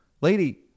lady